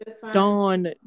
Dawn